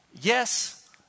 Yes